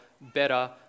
better